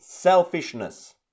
selfishness